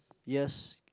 yes